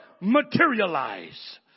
materialize